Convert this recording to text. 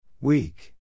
Weak